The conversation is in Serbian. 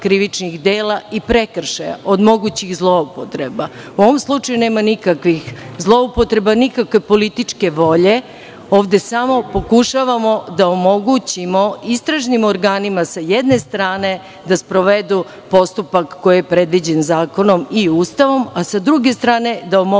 krivičnih dela i prekršaja od mogućih zloupotreba. U ovom slučaju nema nikakvih zloupotreba, nikakve političke volje, ovde samo pokušavamo da omogućimo istražnim organima sa jedne strane da sprovedu postupak koji je predviđen zakonom i Ustavom, a sa druge strane da omogućimo